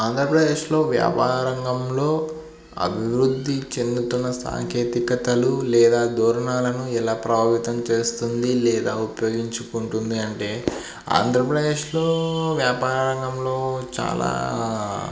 ఆంధ్రప్రదేశ్లో వ్యాపారంగంలో అభివృద్ధి చెందుతున్న సాంకేతికతలు లేదా దూరణాలను ఎలా ప్రభావితం చేస్తుంది లేదా ఉపయోగించుకుంటుంది అంటే ఆంధ్రప్రదేశ్లో వ్యాపారా రంగంలో చాలా